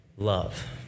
love